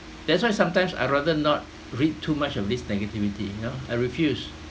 that's why sometimes I rather not read too much of this negativity you know I refuse